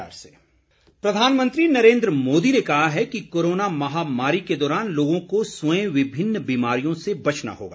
मन की बात प्रधानमंत्री नरेन्द्र मोदी ने कहा है कि कोरोना महामारी के दौरान लोगों को रवयं विभिन्न बीमारियों से बचना होगा